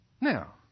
Now